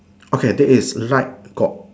okay there is light got